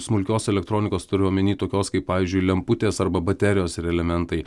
smulkios elektronikos turiu omeny tokios kaip pavyzdžiui lemputės arba baterijos ir elementai